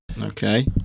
Okay